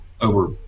over